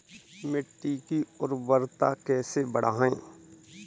मिट्टी की उर्वरता कैसे बढ़ाएँ?